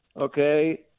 Okay